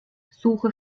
suche